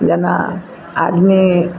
जेना आदमी